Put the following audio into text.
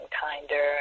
kinder